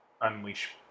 unleash